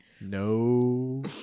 No